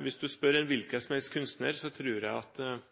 Hvis du spør en hvilken som helst kunstner